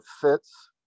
fits